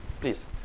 Please